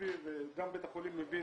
קונסטרוקטיבי וגם בית החולים מבין